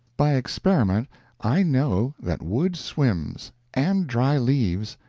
by experiment i know that wood swims, and dry leaves,